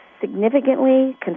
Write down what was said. significantly